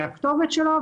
הכתובת של החנות,